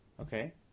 okay